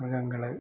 മൃഗങ്ങള്